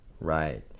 Right